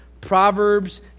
Proverbs